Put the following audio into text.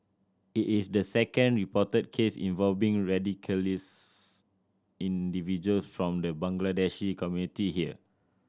it is the second reported case involving radicalised individuals from the Bangladeshi community here